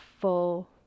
full